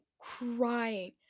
crying